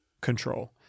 control